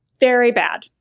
very bad.